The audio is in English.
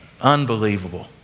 Unbelievable